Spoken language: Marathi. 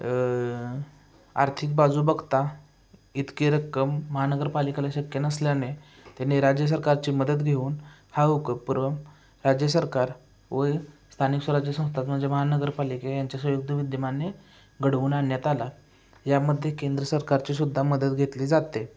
आर्थिक बाजू बघता इतकी रक्कम महानगरपालिकेला शक्य नसल्याने त्यांनी राज्य सरकारची मदत घेऊन हा उपक्रम राज्य सरकार वय स्थानिक स्वराज्य संस्थात म्हणजे महानगरपालिका यांच्या संयुक्त विद्यमान्ये घडवून आणण्यात आला यामध्ये केंद्र सरकारची सुद्धा मदत घेतली जाते